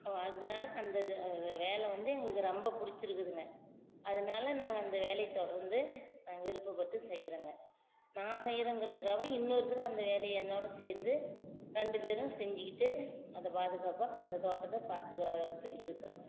அதனால அந்த வேலை வந்து எங்களுக்கு ரொம்ப பிடிச்சிருக்குதுங்க அதனால நாங்கள் அந்த வேலையை தொடர்ந்து நாங்கள் விருப்பப்பட்டு செய்கிறோங்க நான் செய்கிறேங்கிறதுக்காவ இன்னொருத்தர் அந்த வேலையை என்னோடு சேர்ந்து ரெண்டு பேரும் செஞ்சுக்கிட்டு அதை பாதுகாப்பாக அந்த தோட்டத்தை பாதுகாத்து இருக்கிறோங்க